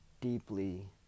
deeply